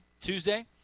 Tuesday